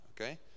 Okay